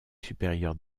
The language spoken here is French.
supérieur